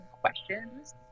questions